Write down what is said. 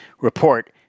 report